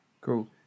Cool